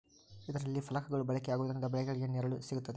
ಇದರಲ್ಲಿ ಫಲಕಗಳು ಬಳಕೆ ಆಗುವುದರಿಂದ ಬೆಳೆಗಳಿಗೆ ನೆರಳು ಸಿಗುತ್ತದೆ